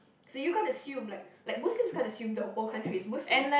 so you can't assume like like Muslims can't assume the whole country is Muslim